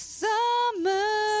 summer